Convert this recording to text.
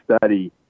study